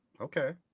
Okay